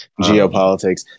geopolitics